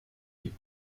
livre